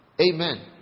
Amen